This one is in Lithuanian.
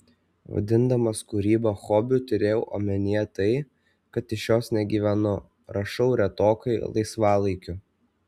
vadindamas kūrybą hobiu turėjau omenyje tai kad iš jos negyvenu rašau retokai laisvalaikiu